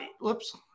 Whoops